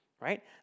right